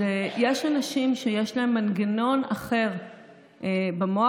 יש אנשים שיש להם מנגנון אחר במוח,